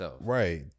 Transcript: Right